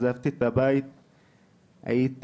הם לא יודעים מה זה טוב ומה זה רע,